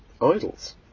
idols